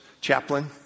chaplain